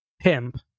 pimp